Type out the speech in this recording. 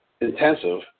intensive